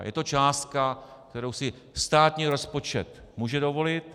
Je to částka, kterou si státní rozpočet může dovolit.